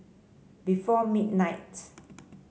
before midnight